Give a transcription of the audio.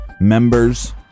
members